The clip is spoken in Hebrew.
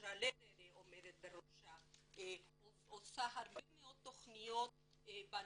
שאושרה לרר עומדת בראשה עושה הרבה מאוד תכניות בנושא.